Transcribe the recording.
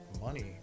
money